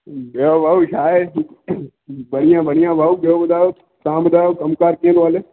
ॿियो भाऊ छा आहे बढ़िया बढ़िया भाऊ ॿियो ॿुधायो तव्हां ॿुधायो कमु कारु कीअं थो हले